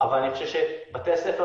אבל אנחנו רואים את זה בבתי הספר,